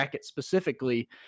specifically